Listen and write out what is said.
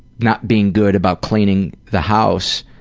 not being good about cleaning the house,